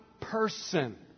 person